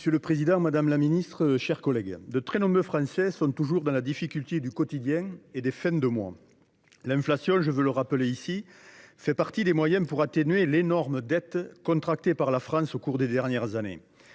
Monsieur le président, madame la ministre, mes chers collègues, de très nombreux Français se débattent toujours avec les difficultés du quotidien et des fins de mois. L’inflation – je veux le rappeler – est l’un des moyens permettant d’atténuer l’énorme dette contractée par la France au cours des dernières années.